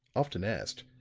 often asked,